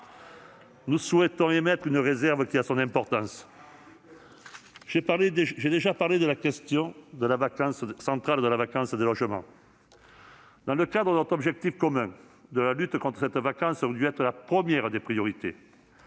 Pour autant, nous émettons une réserve qui a son importance. J'ai déjà évoqué la question centrale de la vacance des logements. Dans le cadre de notre objectif commun, la lutte contre cette vacance aurait dû être la première des priorités.